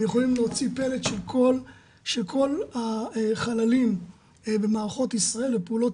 הם יכולים להוציא פלט של כל החללים במערכות ישראל ופעולות